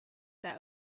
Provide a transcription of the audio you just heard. their